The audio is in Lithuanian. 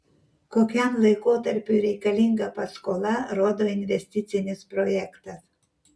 kokiam laikotarpiui reikalinga paskola rodo investicinis projektas